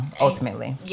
Ultimately